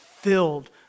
filled